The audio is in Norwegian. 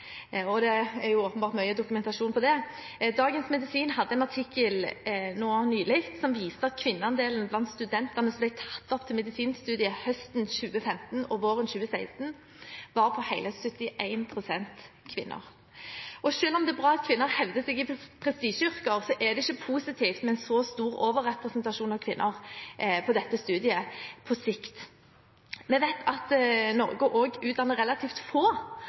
og det er åpenbart mye dokumentasjon på det. Dagens Medisin hadde en artikkel nå nylig som viste at kvinneandelen blant studentene som ble tatt opp til medisinstudiet høsten 2015 og våren 2016, var på hele 71 pst. Og selv om det er bra at kvinner hevder seg i prestisjeyrker, er det ikke positivt på sikt med en så stor overrepresentasjon av kvinner på dette studiet. Vi vet at Norge også utdanner relativt få